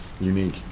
unique